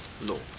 Lord